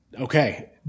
Okay